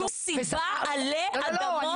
שום סיבה עלי אדמות לא תסביר את זה.